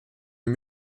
den